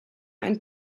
ein